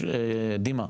דימה,